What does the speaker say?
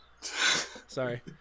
Sorry